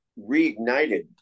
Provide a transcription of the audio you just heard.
reignited